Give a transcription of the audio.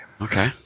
Okay